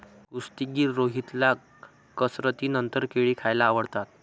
कुस्तीगीर रोहितला कसरतीनंतर केळी खायला आवडतात